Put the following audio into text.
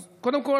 אז קודם כול,